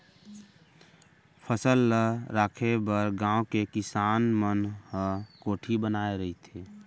फसल ल राखे बर गाँव के किसान मन ह कोठी बनाए रहिथे